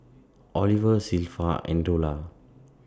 Oliver Zilpha and Dola